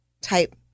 type